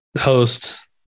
host